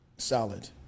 solid